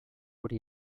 wurde